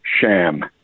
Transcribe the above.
sham